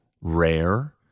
rare